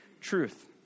truth